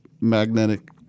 magnetic